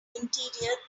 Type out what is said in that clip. interior